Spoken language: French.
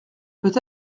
peut